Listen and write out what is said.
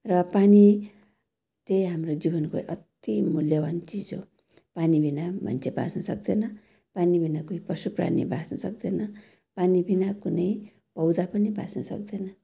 र पानी चाहिँ हाम्रो जीवनको अति मूल्यवान चिज हो पानी बिना मन्छे बाँच्नु सक्दैन पानी बिना कोही पशु प्राणी बाँच्नु सक्दैन पानी बिना कुनै पौधा पनि बाँच्नु सक्दैन